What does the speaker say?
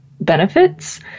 benefits